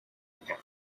pound